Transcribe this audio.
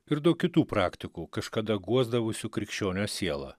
ir daug kitų praktikų kažkada guosdavusių krikščionio sielą